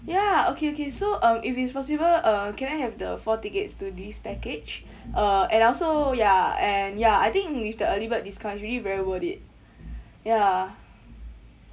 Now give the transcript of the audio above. ya okay okay so um if it's possible uh can I have the four tickets to this package uh and also ya and ya I think with the early bird discounts really very worth it ya